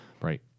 Right